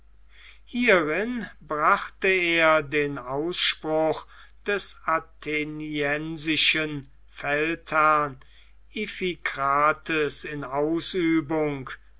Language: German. hierin brachte er den ausspruch des atheniensischen feldherrn iphikrates in ausübung